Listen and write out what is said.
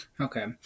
Okay